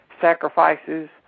sacrifices